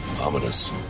Ominous